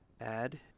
add